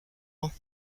ans